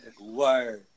Word